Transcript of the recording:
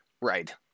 Right